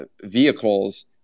vehicles